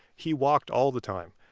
he walked all the time.